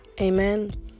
Amen